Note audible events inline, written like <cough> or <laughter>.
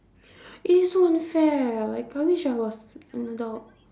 <breath> eh so unfair like I wish I was an adult